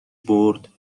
برد